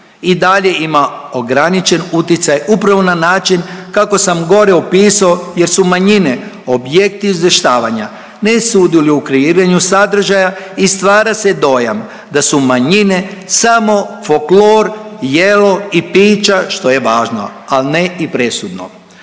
i dalje ima ograničen utjecaj upravo na način kako sam gore opisao jer su manjine objekti izvještavanja ne sudjeluju u kreiranju sadržaja i stvara se dojam da su manjine samo folklor, jelo i piće što je važno, al ne i presudno.